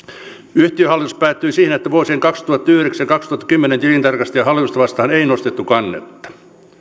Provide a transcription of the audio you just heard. yhtiön hallitus päätyi siihen että vuosien kaksituhattayhdeksän viiva kaksituhattakymmenen tilintarkastajaa ja hallitusta vastaan ei nostettu kannetta